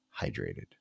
hydrated